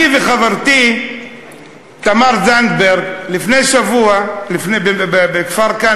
אני וחברתי תמר זנדברג ביקרנו לפני שבוע בכפר-כנא.